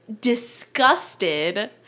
disgusted